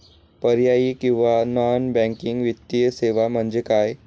पर्यायी किंवा non banking वित्तीय सेवा म्हणजे काय?